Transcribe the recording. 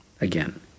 again